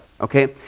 Okay